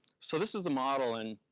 so this is the model. and